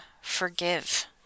forgive